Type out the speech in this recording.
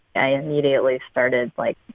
i immediately started, like,